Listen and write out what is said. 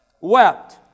wept